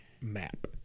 map